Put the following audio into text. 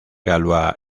galois